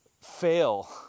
fail